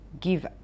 give